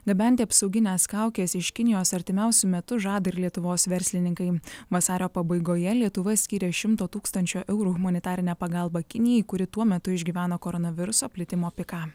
gabenti apsaugines kaukes iš kinijos artimiausiu metu žada ir lietuvos verslininkai vasario pabaigoje lietuva skyrė šimto tūkstančių eurų humanitarinę pagalbą kinijai kuri tuo metu išgyveno koronaviruso plitimo piką